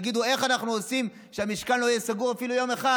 יגידו: איך אנחנו עושים שהמשכן לא יהיה סגור אפילו יום אחד?